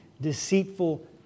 deceitful